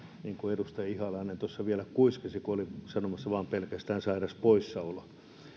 niin kuin edustaja ihalainen tuossa vielä kuiskasi kun olin sanomassa pelkästään sairaspoissaolo